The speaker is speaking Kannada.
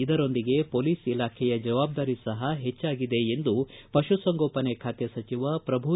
ಇದರೊಂದಿಗೆ ಪೋಲಿಸ್ ಇಲಾಖೆಯ ಜವಾಬ್ದಾರಿ ಸಪ ಹೆಚ್ಚಾಗಿದೆ ಎಂದು ಪಶುಸಂಗೋಪನೆ ಖಾತೆ ಸಚಿವ ಪ್ರಭು ಬಿ